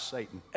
Satan